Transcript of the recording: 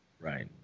Right